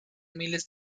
miles